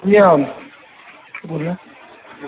جی ہاں بولیے